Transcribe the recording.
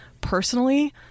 Personally